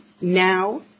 now